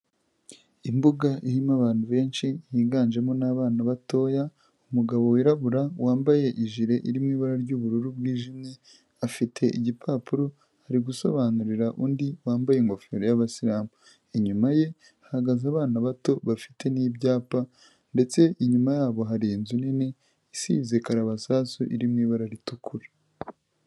Imbuga irimo abantu benshi higanjemo n'abana batoya, umugabo wirabura wambaye ijire iri mu ibara ry'ubururu bwijimye afite igipapuro ari gusobanurira undi wambaye ingofero y'abasilamu, inyuma ye hahagaze abana bato bafite n'ibyapa ndetse inyuma yabo hari inzu nini isize karabasasu iri mu ibara ritukura.